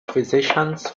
physicians